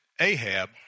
Ahab